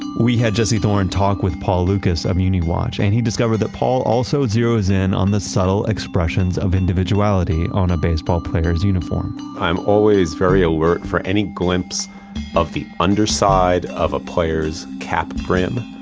we had jesse thorne talk with paul lucas of um uniwatch, and he discovered that paul also zeroes in on the subtle expressions of individuality on a baseball player's uniform i'm always very alert for any glimpse of the underside of a player's cap brim.